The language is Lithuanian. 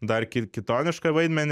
dar kitonišką vaidmenį